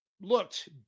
looked